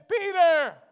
Peter